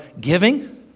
giving